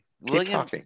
William